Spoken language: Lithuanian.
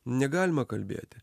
negalima kalbėti